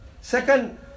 Second